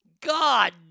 God